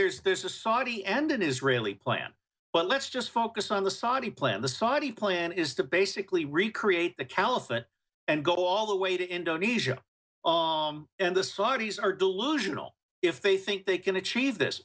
there's this is saudi and an israeli plan but let's just focus on the saudi plan the saudi plan is to basically recreate the caliph that and go all the way to indonesia and the saudis are delusional if they think they can achieve this